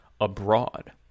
abroad